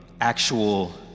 actual